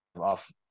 off